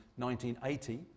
1980